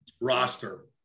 roster